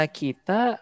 kita